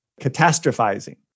catastrophizing